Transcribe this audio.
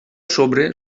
sobre